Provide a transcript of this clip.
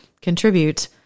contribute